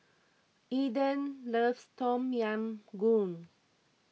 Eden loves Tom Yam Goong